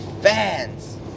fans